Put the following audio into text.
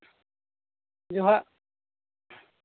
ᱡᱚᱸᱦᱟᱨ